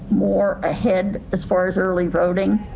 more ahead as far as early voting.